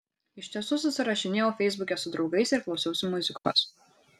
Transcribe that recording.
iš tiesų susirašinėjau feisbuke su draugais ir klausiausi muzikos